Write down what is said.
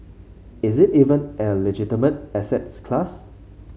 is it even a legitimate asset class